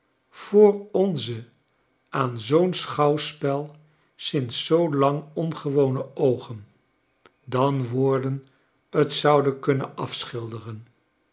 voor onze aan zoo'n schouwspel sinds zoo lang ongewone oogen dan woorden t zouden kunnen afschilderen